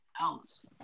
else